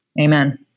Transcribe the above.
Amen